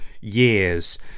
years